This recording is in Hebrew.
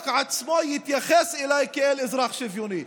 עצמו יתייחס אליי כאל אזרח שוויוני.